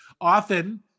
often